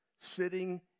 sitting